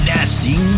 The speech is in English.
Nasty